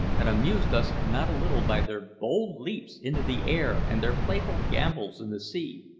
and amused us not a little by their bold leaps into the air and their playful gambols in the sea.